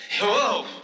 Whoa